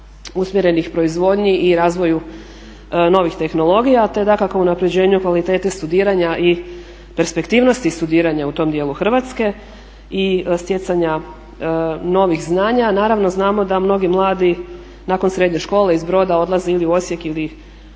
usmjerenih proizvodnji i razvoju novih tehnologija te dakako unapređenju kvalitete studiranja i perspektivnosti studiranja u tom dijelu Hrvatske i stjecanja novih znanja. Naravno znamo da mnogi mladi nakon srednje škole iz Broda odlaze ili u Osijek ili